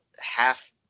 half